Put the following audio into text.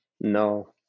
No